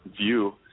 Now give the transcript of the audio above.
view